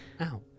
Ow